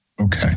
Okay